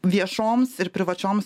viešoms ir privačioms